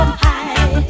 high